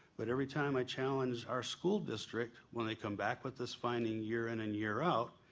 but every time i challenge our school district when they come back with this finding year in and year out,